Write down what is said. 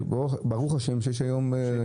ברוך השם שיש היום אנשים